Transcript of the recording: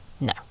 No